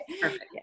Perfect